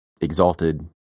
exalted